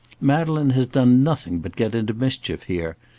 madeleine has done nothing but get into mischief here.